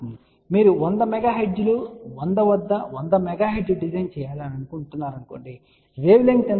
మరియు మీరు 100 MHz 100 వద్ద 100 MHz డిజైన్ చేయాలి అనుకుంటున్నారు అనుకోండి వేవ్ లెంగ్త్ ఎంత